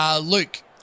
Luke